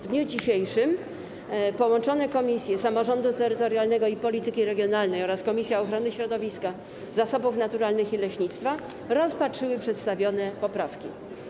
W dniu dzisiejszym połączone komisje: Komisja Samorządu Terytorialnego i Polityki Regionalnej oraz Komisja Ochrony Środowiska, Zasobów Naturalnych i Leśnictwa rozpatrzyły przedstawione poprawki.